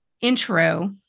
intro